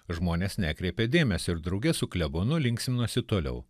žmonės nekreipė dėmesio ir drauge su klebonu linksminosi toliau